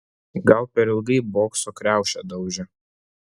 gal per ilgai bokso kriaušę daužė